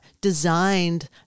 designed